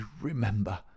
remember